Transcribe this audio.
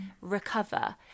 recover